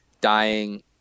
dying